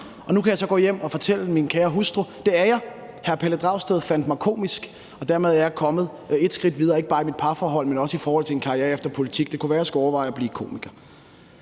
Nu kan jeg så gå hjem og fortælle min kære hustru, at det er jeg, for hr. Pelle Dragsted fandt mig komisk. Dermed er jeg kommet et skridt videre, ikke bare i mit parforhold, men også i forhold til en karriere efter politik. Det kunne være, jeg skulle overveje at blive komiker.